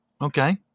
Okay